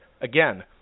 Again